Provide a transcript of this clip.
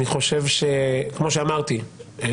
כמו שאמרתי,